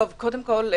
קודם כול,